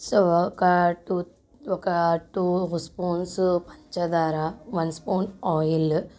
so ఒక two ఒక two spoons పంచదార వన్ స్పూన్ ఆయిల్